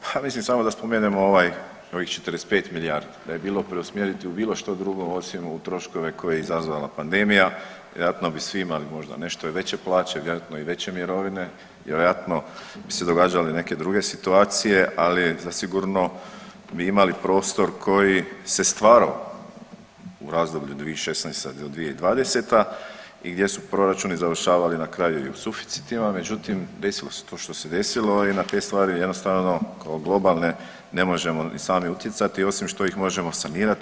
Pa mislim samo da spomenem ovaj ovih 45 milijardi da je bilo preusmjeriti u bilo što drugo osim u troškove koje je izazvala pandemija, vjerojatno bi svi imali možda i nešto veće plaće, vjerojatno i veće mirovine, vjerojatno bi se događale neke druge situacije, ali zasigurno bi imali prostor koji se stvarao u razdoblju 2016.-2020. i gdje su proračuni završavali na kraju i u suficitima, međutim desilo se to što se desilo i na te stvari jednostavno kao globalne ne možemo sami utjecati osim što ih možemo sanirati.